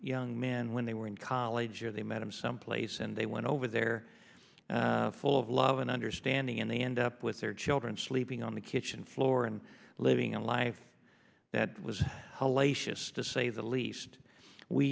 young men when they were in college or they met him someplace and they went over there full of love and understanding and they end up with their children sleeping on the kitchen floor and living a life that was hellacious to say the least we